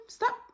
Stop